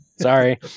Sorry